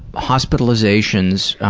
hospitalizations.